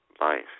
life